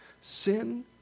Sin